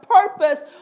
purpose